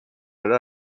alla